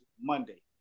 Monday